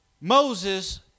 Moses